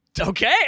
Okay